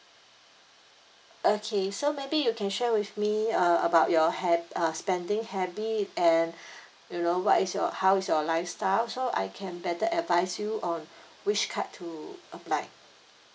okay so maybe you can share with me uh about your ha~ uh spending habit and you know what is your how is your lifestyle so I can better advise you on which card to apply